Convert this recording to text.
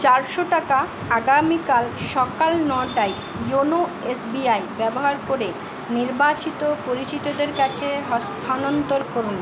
চারশো টাকা আগামীকাল সকাল নটায় ইওনো এসবিআই ব্যবহার করে নির্বাচিত পরিচিতদের কাছে হস স্থানান্তর করুন